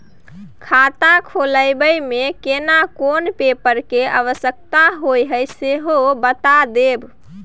खाता खोलैबय में केना कोन पेपर के आवश्यकता होए हैं सेहो बता देब?